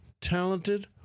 talented